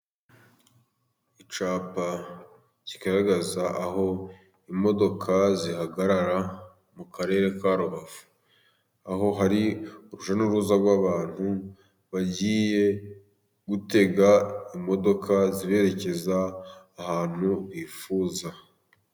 Icyapa kigaragaza aho imodoka zihagarara mu karere ka Rubavu . Aho hari urujya n'uruza rw'abantu bagiye gutega imodoka ziberekeza ahantu bifuza.